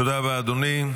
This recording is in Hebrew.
תודה רבה, אדוני.